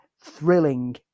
thrilling